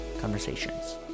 conversations